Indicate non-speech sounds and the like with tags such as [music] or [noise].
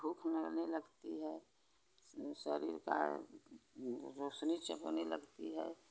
भूख मरने लगती है शरीर का रोशनी [unintelligible] लगती है